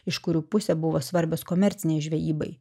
iš kurių pusė buvo svarbios komercinei žvejybai